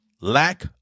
lack